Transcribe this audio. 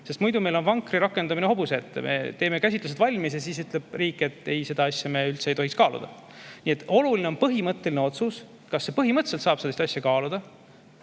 sest muidu meil on vankri rakendamine hobuse ette: me teeme käsitlused valmis ja siis ütleb riik, et ei, seda asja me üldse ei tohiks kaaluda. Nii et oluline on põhimõtteline otsus, kas põhimõtteliselt saab sellist asja kaaluda,